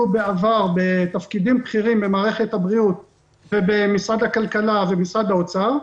בעבר בתפקידים בכירים במערכת הבריאות ובמשרד הכלכלה ובמשרד האוצר.